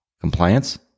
Compliance